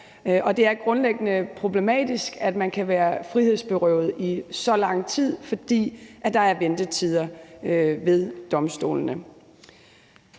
det er grundlæggende problematisk, at man kan være frihedsberøvet i så lang tid, fordi der er ventetider ved domstolene.